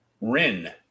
Rin